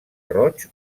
roig